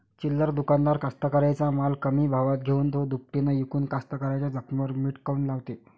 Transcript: चिल्लर दुकानदार कास्तकाराइच्या माल कमी भावात घेऊन थो दुपटीनं इकून कास्तकाराइच्या जखमेवर मीठ काऊन लावते?